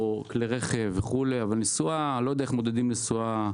כלי רכב וכולי, אבל אני לא יודע איך מודדים נסועה.